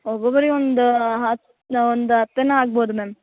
ಒಬ್ಬೊಬ್ರಿಗೆ ಒಂದು ಹತ್ತು ಒಂದು ಹತ್ತೇನೋ ಆಗ್ಬೌದು ಮ್ಯಾಮ್